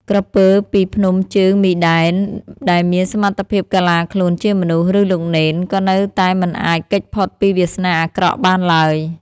ក្រពើពីភ្នំជើងមីដែន ដែលមានសមត្ថភាពកាឡាខ្លួនជាមនុស្ស ឬលោកនេន ក៏នៅតែមិនអាចគេចផុតពីវាសនាអាក្រក់បានឡើយ។